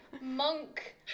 monk